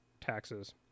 taxes